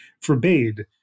forbade